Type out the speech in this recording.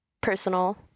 personal